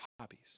hobbies